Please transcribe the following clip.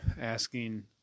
asking